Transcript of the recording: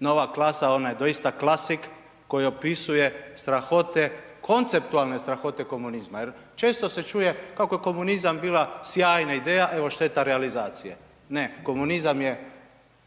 nova klasa ona je doista klasik koja opisuje strahote, konceptualne strahote komunizma. Jer često se čuje kako je komunizam bila sjajna ideja, evo šteta realizacije. Ne, komunizam je